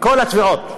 כל התביעות,